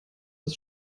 das